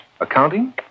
accounting